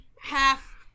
half